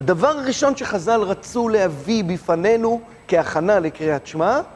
הדבר הראשון שחז"ל רצו להביא בפנינו כהכנה לקריאת שמע...